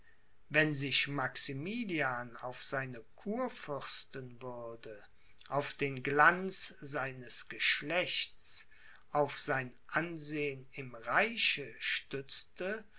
wenn sich maximilian auf seine kurfürstenwürde auf den glanz seines geschlechts auf sein ansehen im reiche stützte